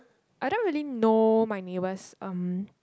I don't really know my neighbours um